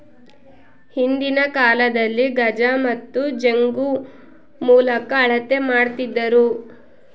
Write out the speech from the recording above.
ಹಿಂದಿನ ಕಾಲದಲ್ಲಿ ಗಜ ಮತ್ತು ಜಂಗು ಮೂಲಕ ಅಳತೆ ಮಾಡ್ತಿದ್ದರು